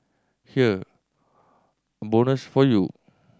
here a bonus for you